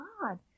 God